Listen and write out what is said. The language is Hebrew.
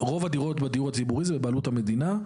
רוב הדירות בדיור הציבורי זה בבעלות המדינה.